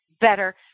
better